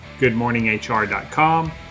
goodmorninghr.com